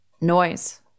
noise